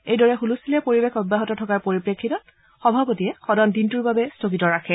এইদৰে হুলস্থূলীয়া পৰিৱেশ অব্যাহত থকাৰ পৰিপ্ৰেক্ষিতত সভাপতিয়ে সদন দিনটোৰ বাবে স্থগিত ৰাখে